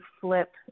flip